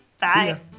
Bye